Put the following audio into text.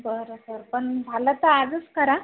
बरं बरं पण झालं तर आजच करा